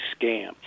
scam